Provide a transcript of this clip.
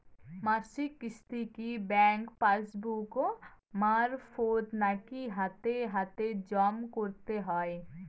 মাসিক কিস্তি কি ব্যাংক পাসবুক মারফত নাকি হাতে হাতেজম করতে হয়?